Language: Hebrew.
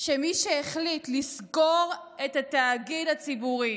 שמי שהחליט לסגור את התאגיד הציבורי,